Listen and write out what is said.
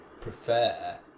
prefer